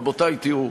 רבותי, תראו: